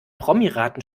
promiraten